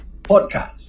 podcast